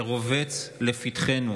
זה רובץ לפתחנו.